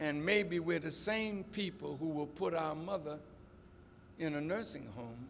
and maybe we're the same people who will put a mother in a nursing home